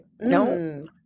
no